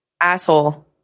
Asshole